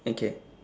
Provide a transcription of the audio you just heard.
okay